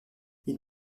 ils